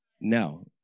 now